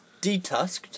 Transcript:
Detusked